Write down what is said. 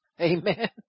amen